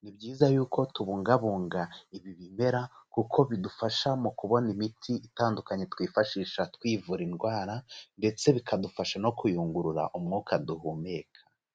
ni byiza y'uko tubungabunga ibi bimera kuko bidufasha mu kubona imiti itandukanye twifashisha twivura indwara ndetse bikadufasha no kuyungurura umwuka duhumeka.